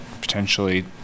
potentially